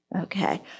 Okay